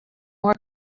more